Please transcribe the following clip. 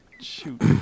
Shoot